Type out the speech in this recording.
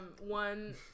one